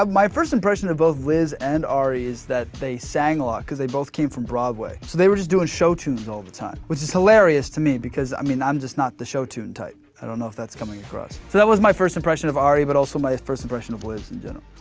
um my first impression of both liz and ari is that they sang a lot, because they both came from broadway. so they were just doing show tunes all the time. which is hilarious to me because i mean i'm just not the show tune type. i don't know if that's coming across. so that was my first impression of ari but also my first impression of liz in general.